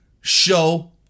show